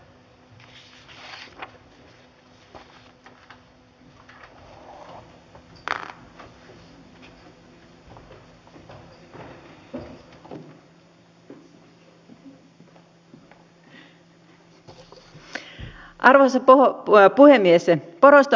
poroista on mukava puhua vaikka kello on jo kaksi yöllä